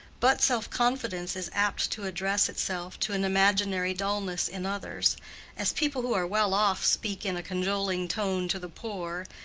but self-confidence is apt to address itself to an imaginary dullness in others as people who are well off speak in a cajoling tone to the poor,